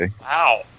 Wow